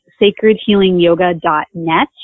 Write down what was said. sacredhealingyoga.net